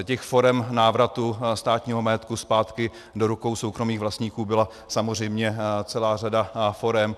Těch forem návratu státního majetku zpátky do rukou soukromých vlastníků byla samozřejmě celá řada forem.